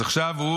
אז עכשיו הוא